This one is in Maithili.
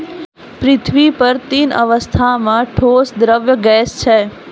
पृथ्वी पर तीन अवस्था म ठोस, द्रव्य, गैस छै